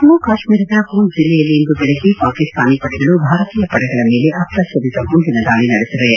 ಜಮ್ಮು ಕಾಶ್ಮೀರದ ಪೂಂಭ್ ಜಿಲ್ಲೆಯಲ್ಲಿ ಇಂದು ಬೆಳಿಗ್ಗೆ ಪಾಕಿಸ್ತಾನಿ ಪಡೆಗಳು ಭಾರತೀಯ ಪಡೆಗಳ ಮೇಲೆ ಅಪ್ರಚೋದಿತ ಗುಂಡಿನ ದಾಳಿ ನಡೆಸಿವೆ